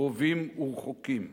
קרובים ורחוקים.